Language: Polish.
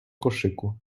koszyku